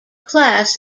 class